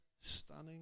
stunning